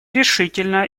решительно